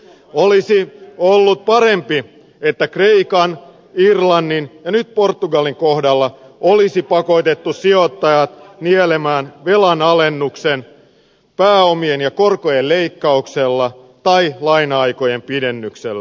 olisi ollut parempi että kreikan irlannin ja nyt portugalin kohdalla olisi pakotettu sijoittajat nielemään velan alennus pääomien ja korkojen leikkauksella tai laina aikojen pidennyksellä